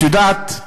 את יודעת,